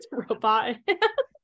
robot